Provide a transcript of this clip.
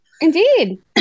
Indeed